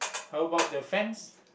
how about the fence